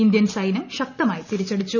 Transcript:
Indian സൈന്യം ശക്തമായി തിരിച്ചുടിച്ചു